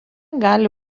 gali